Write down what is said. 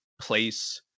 place